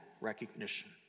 recognition